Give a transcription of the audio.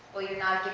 well, you're not